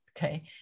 Okay